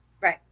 Right